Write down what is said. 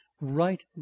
right